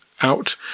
out